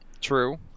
true